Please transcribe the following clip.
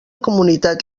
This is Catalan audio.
comunitat